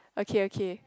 okay okay